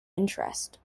interest